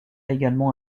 également